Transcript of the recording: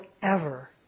forever